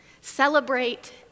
celebrate